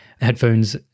headphones